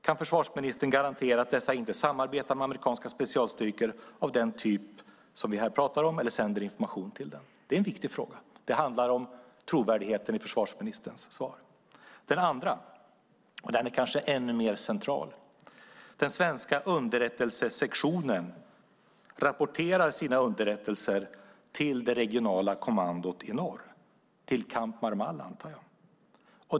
Kan försvarsministern garantera att de inte samarbetar med eller sänder information till amerikanska specialstyrkor av den typ vi här pratar om? Det är en viktig fråga. Det handlar om trovärdigheten i försvarsministerns svar. Den andra frågan är kanske ännu mer central. Den svenska underrättelsesektionen rapporterar sina underrättelser till det regionala kommandot i norr - till Camp Marmal, antar jag.